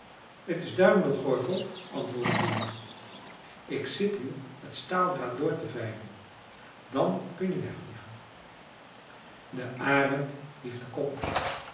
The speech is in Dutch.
t is duimelot gorgo antwoordde de jongen ik zit hier het staaldraad door te vijlen dan kun je wegvliegen de arend hief den kop op